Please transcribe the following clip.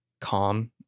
calm